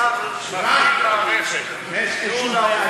השר, אין שום בעיה.